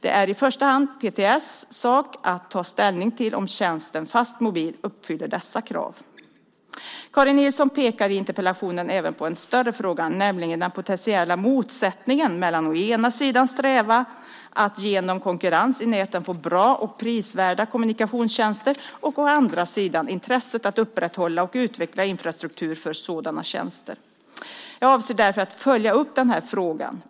Det är i första hand Post och telestyrelsens sak att ta ställning till om tjänsten Fastmobil uppfyller dessa krav. Karin Nilsson pekar i interpellationen även på en större fråga, nämligen den potentiella motsättningen mellan å ena sidan strävan att genom konkurrens i näten få bra och prisvärda kommunikationstjänster och å andra sidan intresset att upprätthålla och utveckla infrastruktur för sådana tjänster. Jag avser därför att följa upp denna fråga.